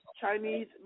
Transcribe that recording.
Chinese